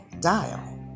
Dial